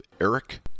ERIC